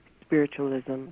spiritualism